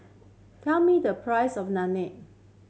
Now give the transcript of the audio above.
tell me the price of